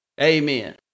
Amen